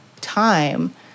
time